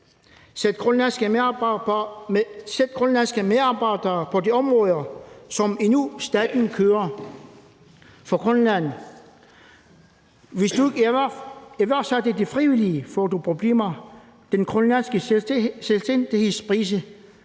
Sæt grønlandske medarbejdere på de områder, som staten endnu kører for Grønland. Hvis du ikke iværksætter det frivilligt, får du problemer. Den grønlandske selvstændigheds brise